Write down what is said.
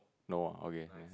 no ah okay